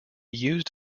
used